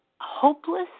Hopeless